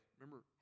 remember